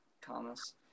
Thomas